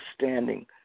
standing